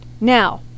Now